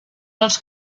els